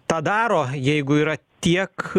tą daro jeigu yra tiek